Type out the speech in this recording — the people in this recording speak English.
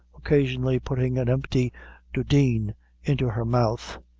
occasionally putting an empty dudeen into her mouth,